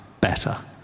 better